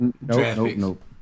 nope